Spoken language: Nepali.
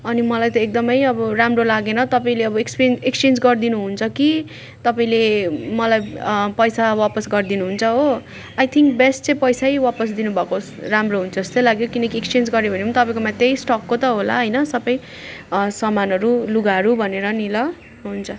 अनि मलाई त एकदम अब राम्रो लागेन तपाईँले अब एक्सपेन एक्सचेन्ज गरिदिन्छु हुन्छ कि तपाईँले मलाई पैसा वापस गरिदिन्छु हन्छ हो आई थिन्क बेस्ट चाहिँ पैसै वापस दिनु भएको राम्रो हुन्छ जस्तै लाग्यो किनकि एक्सचेन्ज गऱ्यो भने तपाईँकोमा त्यही स्टकको त होला होइन सब सामानहरू लुगाहरू भनेर पनि ल हुन्छ